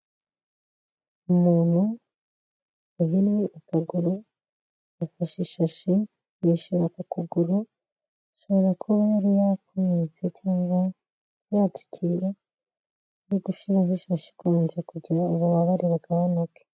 Umuntu uhinnye ukaguru yafashe ishashi yishyira kukuguru ashobora kuba yari yakomeretse cyangwa yatsikira yo gushira bishashi kungera kugira ububabare bugabanuke.